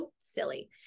silly